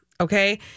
Okay